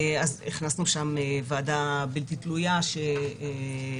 אז הכנסנו שם ועדה בלתי תלויה שתבחן